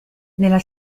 nella